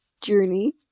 journey